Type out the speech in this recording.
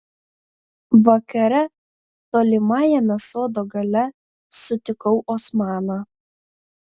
vakare tolimajame sodo gale sutikau osmaną